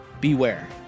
beware